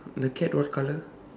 the cat what color